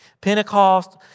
Pentecost